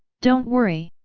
don't worry.